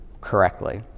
correctly